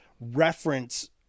reference